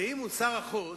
ואם הוא שר החוץ,